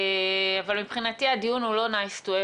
אבל מבחינתי הוא לא nice to have,